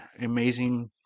amazing